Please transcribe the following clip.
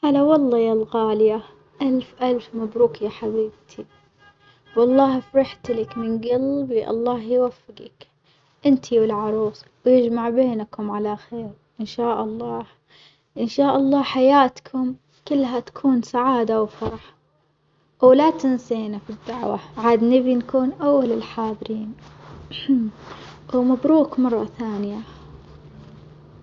هلا والله يالغالية، ألف ألف مبروك يا حبيبتي والله فرحتلك من جللبي الله يوفجك، إنت والعروس ويجمع بينكم على خير إن شاء الله، إن شاء الله حياتكم كلها تكون سعادة وفرح ولا تنسينا في الدعوة، عاد نبي نكون أول الحاضرين ومبروك مرة ثانية.